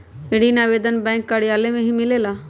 ऋण आवेदन बैंक कार्यालय मे ही मिलेला?